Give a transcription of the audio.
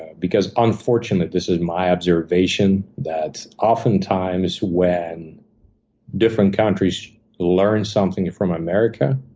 because unfortunately, this is my observation, that oftentimes, when different countries learn something from america,